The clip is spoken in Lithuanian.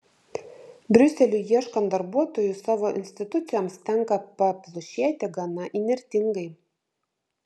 briuseliui ieškant darbuotojų savo institucijoms tenka paplušėti gana įnirtingai